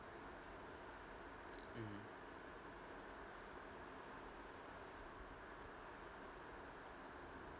mmhmm